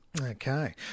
Okay